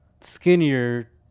skinnier